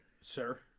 sir